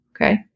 Okay